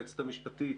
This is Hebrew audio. היועצת המשפטית,